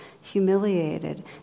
humiliated